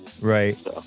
Right